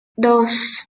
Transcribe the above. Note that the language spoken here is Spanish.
dos